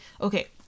okay